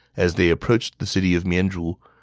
as they approached the city of mianzhu,